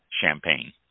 Champagne